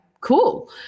cool